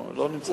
הוא לא נמצא.